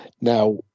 now